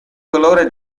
colore